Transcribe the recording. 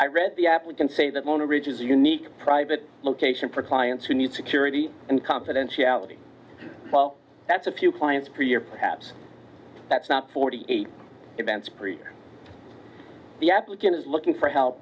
i read the applicants say that mona ridge is unique private location for clients who need security and confidentiality that's a few clients per year perhaps that's not forty eight events the applicant is looking for help